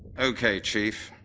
okay, chief,